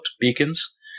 beacons